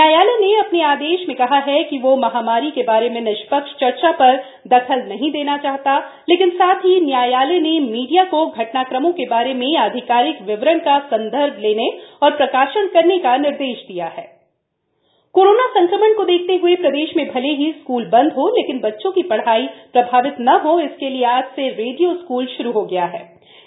न्यायालय ने अपने आदेश में कहा हथकि वह महामारी के बारे में निष्पक्ष चर्चा पर दखल नहीं देना चाहता लेकिन साथ ही न्यायालय ने मीडिया को घटनाक्रमों के बारे में आधिकारिक विवरण का संदर्भ लेने और प्रकाशन करने का निर्देश दिया हण रेड़ियो स्कल कोरोना संक्रमण को देखते हए प्रदेश में भले ही स्कूल बंद हों लेकिन बच्चों की पढ़ाई प्रभावित न हो इसके लिए आज से रेडियो स्कूल श्रू हो गया हा